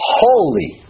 holy